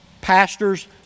Pastors